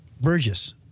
Burgess